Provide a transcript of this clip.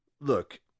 look